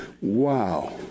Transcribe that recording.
Wow